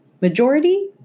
majority